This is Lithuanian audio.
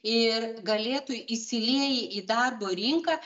ir galėtų įsilieję į darbo rinką